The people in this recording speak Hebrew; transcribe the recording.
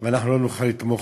ואנחנו לא נוכל לתמוך